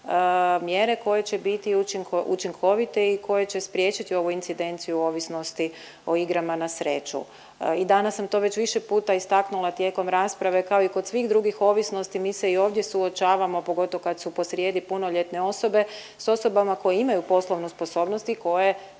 mjere koje će biti učinkovite i koje će spriječiti ovu incidenciju ovisnosti o igrama na sreću. I danas sam to više puta istaknula tijekom rasprave kao i kod svih drugih ovisnosti mi se i ovdje suočavamo, pogotovo kad su posrijedi punoljetne osobe, s osobama koje imaju poslovnu sposobnost i koje